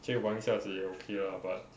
actually 玩一下子也 okay lah but